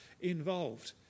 involved